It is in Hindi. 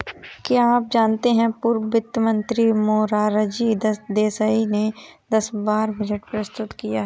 क्या आप जानते है पूर्व वित्त मंत्री मोरारजी देसाई ने दस बार बजट प्रस्तुत किया है?